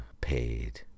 paid